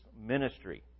ministry